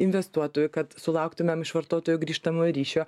investuotojų kad sulauktumėm iš vartotojų grįžtamojo ryšio